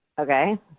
Okay